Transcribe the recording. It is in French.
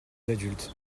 adultes